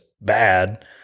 bad